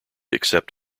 except